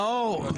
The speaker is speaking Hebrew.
נאור,